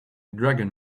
dragon